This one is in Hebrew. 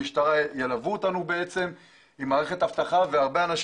המשטרה תלווה אותנו עם מערכת אבטחה ואנשים